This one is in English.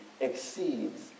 exceeds